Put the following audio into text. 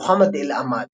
מוחמד אל-עמאדי,